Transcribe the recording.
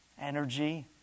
energy